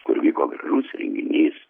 kur vyko gražus renginys